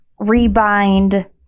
rebind